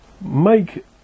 make